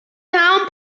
town